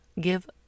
Give